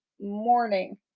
morning